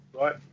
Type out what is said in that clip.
right